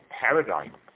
paradigm